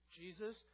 Jesus